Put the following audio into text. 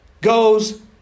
goes